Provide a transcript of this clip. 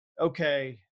Okay